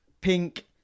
pink